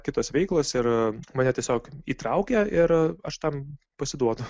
kitos veiklos ir mane tiesiog įtraukia ir aš tam pasiduodu